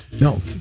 No